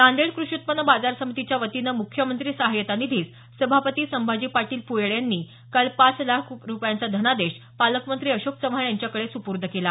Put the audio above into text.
नांदेड कृषि उत्पन्न बाजार समितीच्या वतीनं मुख्यमंत्री सहाय्यता निधीस सभापती संभाजी पाटील पुयड यांनी काल पाच लाख रुपयांचा धनादेश पालकमंत्री अशोक चव्हाण यांच्याकडे सुपूर्द केला